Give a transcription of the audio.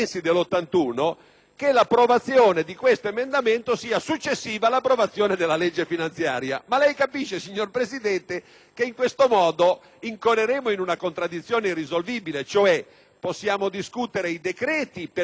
che l'approvazione di tale emendamento sia successiva all'approvazione della legge finanziaria. Ma lei capisce, signor Presidente, che in questo modo incorreremmo in una contraddizione irrisolvibile: possiamo discutere i decreti, perché sono decreti